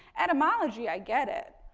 etymology, i get it,